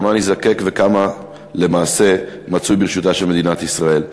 כמה נזדקק וכמה למעשה מצוי ברשותה של מדינת ישראל.